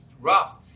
rough